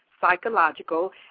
psychological